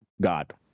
God